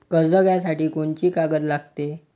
कर्ज घ्यासाठी कोनची कागद लागते?